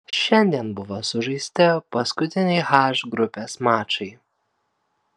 šiandien buvo sužaisti paskutiniai h grupės mačai